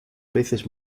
peces